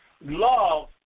love